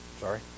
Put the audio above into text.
Sorry